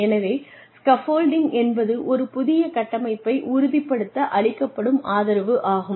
எனவே ஸ்காஃப்ஃபோல்டிங் என்பது ஒரு புதிய கட்டமைப்பை உறுதிப்படுத்த அளிக்கப்படும் ஆதரவு ஆகும்